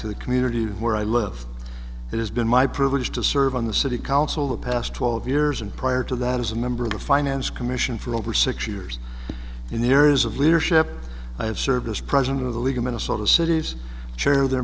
to the community where i live it has been my privilege to serve on the city council the past twelve years and prior to that as a member of the finance commission for over six years in the areas of leadership i have served as president of the league of minnesota cities chair th